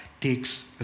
takes